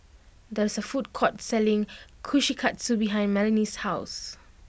there is a food court selling Kushikatsu behind Melony's house